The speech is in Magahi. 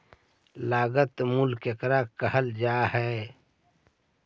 लागत मूल्य केकरा कहल जा हइ?